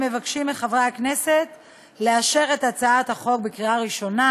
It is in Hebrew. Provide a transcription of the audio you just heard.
אנו מבקשים מחברי הכנסת לאשר את הצעת החוק בקריאה ראשונה